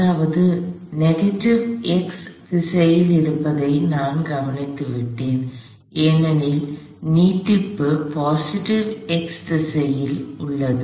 அதாவது negative x திசையில் இருப்பதை நான் கவனித்துவிட்டேன் ஏனெனில் நீட்டிப்பு பொசிட்டிவ் x திசையில் உள்ளது